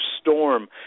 storm